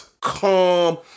Calm